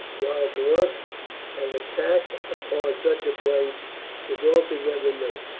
while to us an attack upon such a place is altogether new,